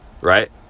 right